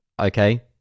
okay